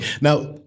Now